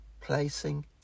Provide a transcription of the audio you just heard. placing